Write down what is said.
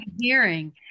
hearing